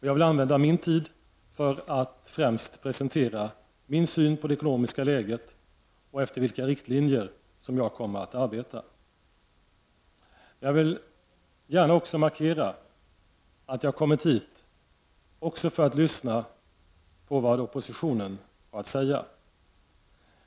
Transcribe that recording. Jag vill använda min tid främst för att presentera min syn på det ekonomiska läget och efter vilka riktlinjer jag kommer att arbeta. Jag vill dock gärna markera att jag också har kommit hit för att lyssna på vad oppositionen har att säga.